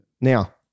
Now